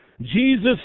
Jesus